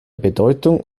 bedeutung